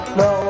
no